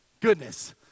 Goodness